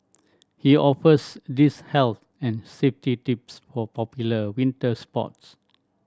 he offers these health and safety tips for popular winter sports